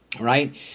right